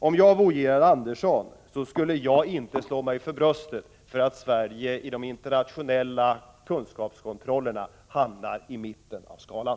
Om jag vore Georg Andersson, skulle jag inte slå mig för bröstet för att Sverige i de internationella kunskapskontrollerna hamnar i mitten av skalan.